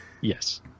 Yes